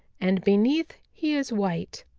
and beneath he is white.